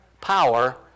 power